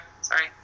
sorry